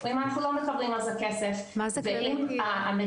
או אם אנחנו לא מקבלים על זה כסף ואם המדינה,